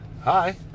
hi